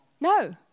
No